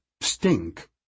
stink